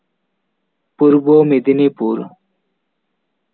Purba Medinipur